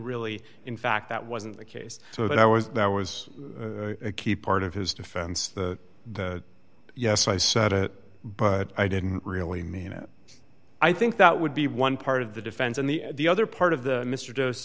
really in fact that wasn't the case so that i was there was a key part of his defense the the yes i said it but i didn't really mean it i think that would be one part of the defense and the the other part of the mr